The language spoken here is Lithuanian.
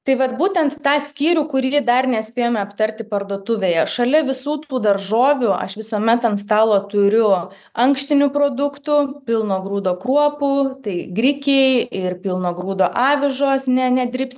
tai vat būtent tą skyrių kurį dar nespėjome aptarti parduotuvėje šalia visų tų daržovių aš visuomet ant stalo turiu ankštinių produktų pilno grūdo kruopų tai grikiai ir pilno grūdo avižos ne ne dribsniai